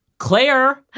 Claire